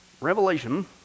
Revelation